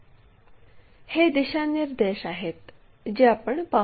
हे दिशानिर्देश आहेत जे आपण पाहू